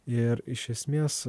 ir iš esmės